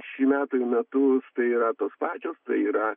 šį metai į metus tai yra tos pačios tai yra